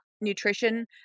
nutrition